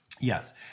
Yes